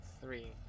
Three